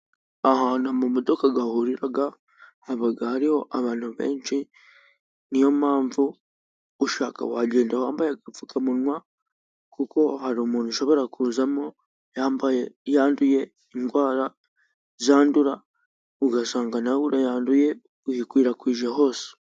Aha hantu amamodoka ahurira haba hariho abantu benshi, ni yo mpamvu ushaka wagenda wambaye agapfukamunwa kuko hari umuntu ushobora kuzamo yanduye indwara zandura ugasanga nawe urayanduye uyikwirakwije hose.